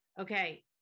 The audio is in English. Okay